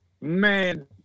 Man